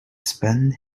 spend